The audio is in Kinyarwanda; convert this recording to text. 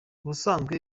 ubusanzwe